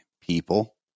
people